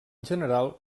general